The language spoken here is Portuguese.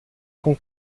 com